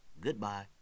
goodbye